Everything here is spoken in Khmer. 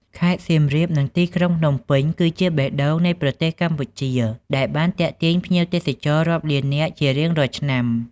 ខេត្តសៀមរាបនិងទីក្រុងភ្នំពេញគឺជាបេះដូងនៃប្រទេសកម្ពុជាដែលបានទាក់ទាញភ្ញៀវទេសចររាប់លាននាក់ជារៀងរាល់ឆ្នាំ។